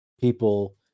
people